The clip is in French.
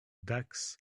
dax